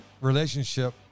relationship